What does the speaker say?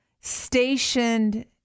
stationed